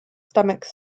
stomach